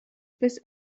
bis